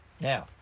Now